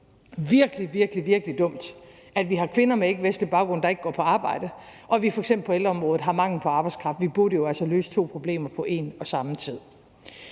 situation virkelig, virkelig dumt, at vi har kvinder med ikkevestlig baggrund, der ikke går på arbejde, og at vi f.eks. på ældreområdet har mangel på arbejdskraft. Vi burde jo altså løse to problemer på en og samme tid.